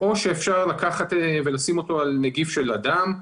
או שאפשר לקחת ולשים אותו על נגיף של אדם,